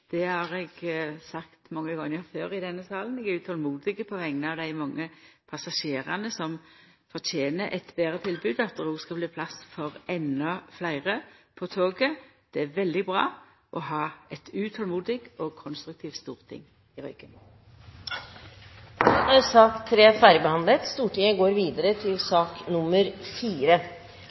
på vegner av dei mange passasjerane som fortener eit betre tilbod, og at det skal bli plass til endå fleire på toget. Det er veldig bra å ha eit utolmodig og konstruktivt storting i ryggen. Dermed er debatten i sak nr. 3 avsluttet. Vi går videre til sak